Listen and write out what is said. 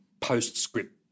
postscript